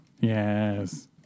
Yes